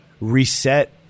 reset